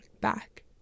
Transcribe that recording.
back